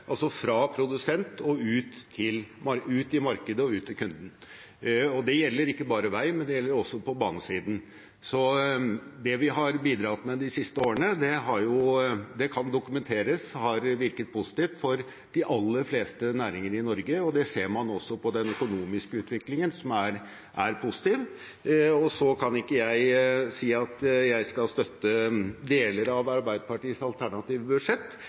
fra produsent og ut i markedet og ut til kunden. Det gjelder ikke bare vei, men også på banesiden. Så det vi har bidratt med de siste årene – og det kan dokumenteres – har virket positivt for de aller fleste næringer i Norge, og det ser man også på den økonomiske utviklingen, som er positiv. Så kan ikke jeg si at jeg skal støtte deler av Arbeiderpartiets alternative budsjett,